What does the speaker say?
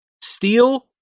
Steel